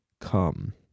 come